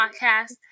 podcast